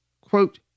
quote